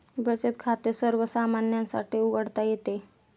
बचत खाते सर्वसामान्यांसाठी उघडता येते